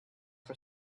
for